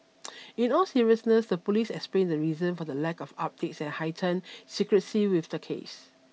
in all seriousness the police explained the reason for the lack of updates and heightened secrecy with the case